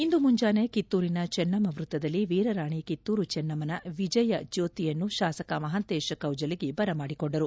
ಇಂದು ಮುಂಜಾನೆ ಕಿತ್ತೂರಿನ ಚೆನ್ನಮ್ಮ ವೃತ್ತದಲ್ಲಿ ವೀರರಾಣಿ ಕಿತ್ತೂರು ಚೆನ್ನಮ್ಮನ ವಿಜಯ ಜ್ಯೋತಿಯನ್ನು ಶಾಸಕ ಮಹಾಂತೇಶ ಕೌಜಲಗಿ ಬರಮಾಡಿಕೊಂಡರು